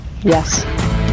Yes